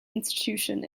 institution